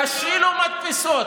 תשאילו מדפסות.